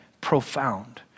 profound